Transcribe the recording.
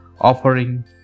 offering